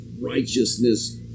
righteousness